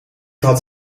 had